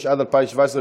התשע"ז 2017,